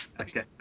okay